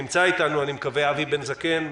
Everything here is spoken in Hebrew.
נמצא אתנו אבי בן זקן,